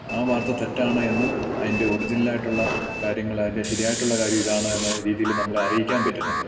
ആ വാർത്ത തെറ്റാണ് എന്നും അതിൻ്റെ ഒറിജിനൽ ആയിട്ടുള്ള കാര്യങ്ങൾ അതിൻ്റെ ശരിയായിട്ടുള്ള കാര്യം ഇതാണ് എന്ന രീതിയിൽ നമ്മളെ അറിയിക്കാൻ പറ്റുന്നുണ്ട്